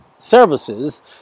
services